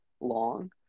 long